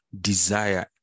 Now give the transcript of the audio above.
desire